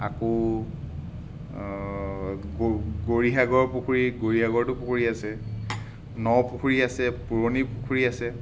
আকৌ গ গৌৰীসাগৰ পুখুৰী গৌৰীসাগৰতো পুখুৰী আছে ন পুখুৰী আছে পুৰণি পুখুৰী আছে